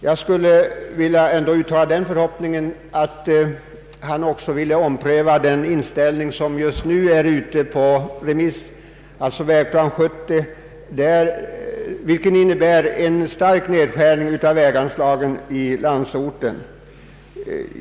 Jag skulle ändå vilja uttala den förhoppningen, att han också ville ompröva det förslag som just nu är ute på remiss, alltså Vägplan 70, som innebär en stark nedskärning av väganslagen i landsorten.